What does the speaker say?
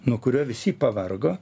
nuo kurio visi pavargo